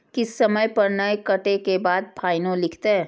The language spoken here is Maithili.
किस्त समय पर नय कटै के बाद फाइनो लिखते?